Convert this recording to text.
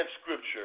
scripture